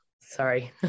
Sorry